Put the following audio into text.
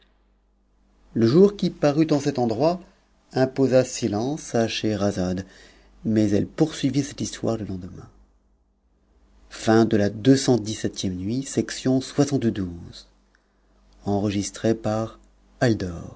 le jour qui parut en cet endroit imposa silence i schcherm mais elle poursuivit cette histoire le lendemain